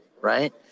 right